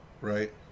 right